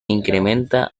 incrementa